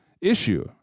issue